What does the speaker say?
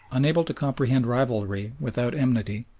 unable to comprehend rivalry without enmity,